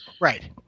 Right